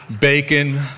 Bacon